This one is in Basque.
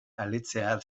aletzea